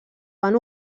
van